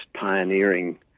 pioneering